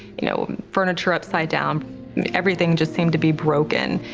you know, furniture upside down. and everything just seemed to be broken.